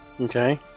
Okay